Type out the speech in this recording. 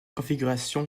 configuration